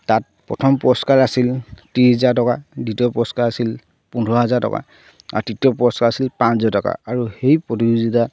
তাত প্ৰথম পুৰস্কাৰ আছিল ত্ৰিছ হাজাৰ টকা দ্বিতীয় পুৰস্কাৰ আছিল পোন্ধৰ হাজাৰ টকা আৰু তৃতীয় পুৰস্কাৰ আছিল পাঁচ হাজাৰ টকা আৰু সেই প্ৰতিযোগিতা